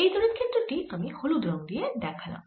এই তড়িৎ ক্ষেত্র টি আমি হলুদ রঙ দিয়ে দেখালাম